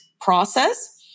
process